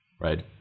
right